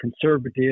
conservative